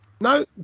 No